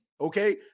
Okay